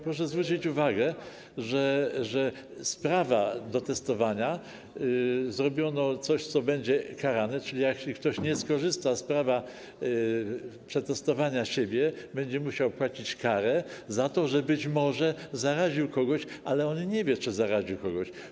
Proszę zwrócić uwagę, że z prawa do testowania zrobiono coś, co będzie karane, czyli jeśli ktoś nie skorzysta z prawa przetestowania siebie, będzie musiał płacić karę za to, że być może zaraził kogoś, ale on nie wie, czy zaraził kogoś.